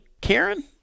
Karen